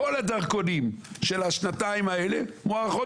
כל הדרכונים של השנתיים האלה מוארכים